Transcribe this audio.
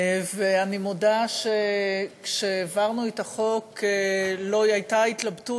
ואני מודה שכשהעברנו את החוק הייתה התלבטות